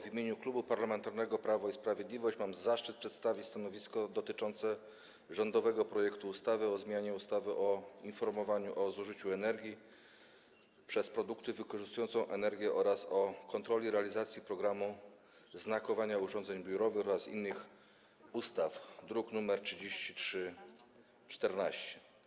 W imieniu Klubu Parlamentarnego Prawo i Sprawiedliwość mam zaszczyt przedstawić stanowisko dotyczące rządowego projektu ustawy o zmianie ustawy o informowaniu o zużyciu energii przez produkty wykorzystujące energię oraz o kontroli realizacji programu znakowania urządzeń biurowych oraz niektórych innych ustaw, druk nr 3314.